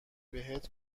بهت